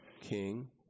king